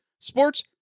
Sports